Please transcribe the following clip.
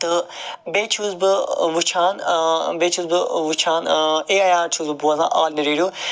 تہٕ بیٚیہِ چھُس بہٕ وٕچھان بیٚیہِ چھُس بہٕ وٕچھان اے آے آر چھُس بہٕ بوزان آن دِ ریڈیو